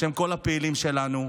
בשם כל הפעילים שלנו.